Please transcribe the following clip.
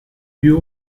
più